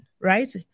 right